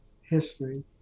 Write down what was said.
history